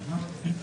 11:00.